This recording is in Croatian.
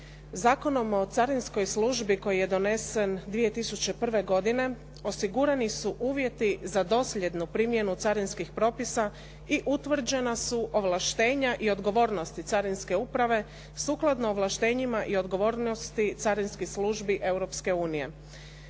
Zakonom o carinskoj službi koji je donesen 2001. godine osigurani su uvjeti za dosljednu primjenu carinskih propisa i utvrđena su ovlaštenja i odgovornosti carinske uprave sukladno ovlaštenjima i odgovornosti carinskih službi